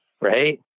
Right